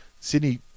Sydney